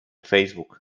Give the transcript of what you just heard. facebook